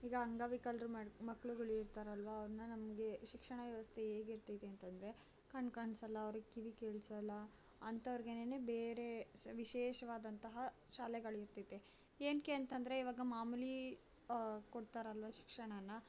ಈಗ ಅಂಗವಿಕಲರು ಮಾಡ್ ಮಕ್ಳುಗಳು ಇರ್ತಾರಲ್ವ ಅವರನ್ನ ನಮಗೆ ಶಿಕ್ಷಣ ವ್ಯವಸ್ಥೆ ಹೇಗಿರ್ತೈತೆ ಅಂತಂದರೆ ಕಣ್ಣು ಕಾಣ್ಸೋಲ್ಲ ಅವ್ರಿಗೆ ಕಿವಿ ಕೇಳ್ಸೋಲ್ಲ ಅಂತವರ್ಗೇನೆ ಬೇರೆ ವಿಶೇಷವಾದಂತಹ ಶಾಲೆಗಳು ಇರ್ತಿತೆ ಏನಕ್ಕೆ ಅಂತಂದರೆ ಇವಾಗ ಮಾಮೂಲಿ ಕೊಡ್ತಾರಲ್ವ ಶಿಕ್ಷಣ